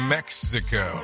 Mexico